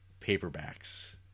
paperbacks